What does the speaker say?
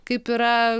kaip yra